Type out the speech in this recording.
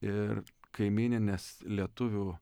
ir kaimyninės lietuvių